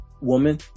woman